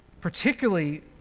Particularly